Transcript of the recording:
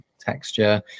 texture